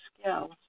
skills